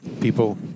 People